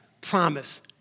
promise